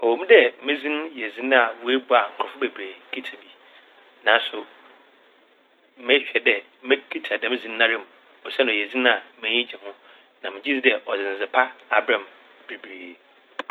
Ɔwɔ mu dɛ me dzin yɛ dzin a oebu a nkorɔfo bebree kitsa bi naaso mehwɛ dɛ mekitsa dɛm dzin nara mu. Osiandɛ ɔyɛ dzin m'enyi gye ho na megye dzi dɛ ɔdze ndzepa abrɛ m' bebree.